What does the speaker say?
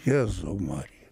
jėzau marija